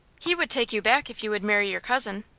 he would take you back if you would marry your cousin.